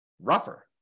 rougher